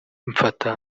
mfata